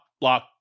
block